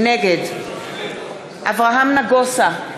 נגד אברהם נגוסה,